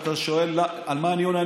ואתה שואל על מה אני עונה?